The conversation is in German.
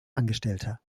angestellter